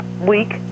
week